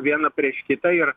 viena prieš kitą ir